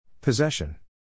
Possession